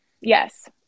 yes